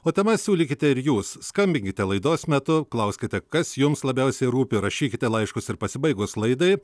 o temas siūlykite ir jūs skambinkite laidos metu klauskite kas jums labiausiai rūpi rašykite laiškus ir pasibaigus laidai